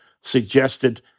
suggested